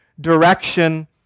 direction